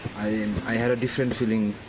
i had a different feeling